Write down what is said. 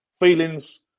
feelings